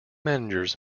managers